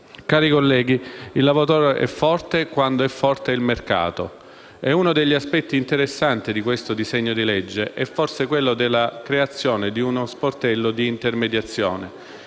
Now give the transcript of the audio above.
Cari colleghi, il lavoratore è forte quando è forte il mercato. E uno degli aspetti interessanti di questo disegno di legge è forse quello della creazione di uno sportello di intermediazione